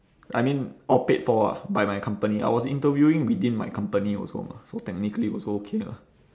I mean all paid for ah by my company I was interviewing within my company also mah so technically it was okay lah